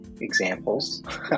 examples